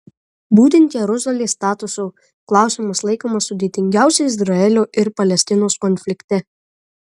būtent jeruzalės statuso klausimas laikomas sudėtingiausiu izraelio ir palestinos konflikte